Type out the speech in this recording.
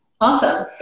awesome